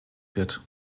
wird